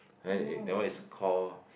then that one is call